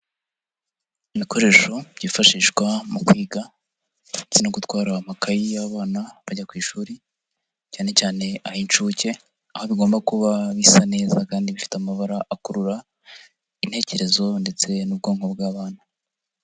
Ibikoresho byifashishwa mu kwiga ndetse no gutwara amakayi y'abana bajya ku ishuri, cyane cyane ay'incuke, aho bigomba kuba bisa neza kandi bifite amabara akurura intekerezo ndetse n'ubwonko bw'abana.